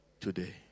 today